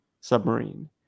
submarine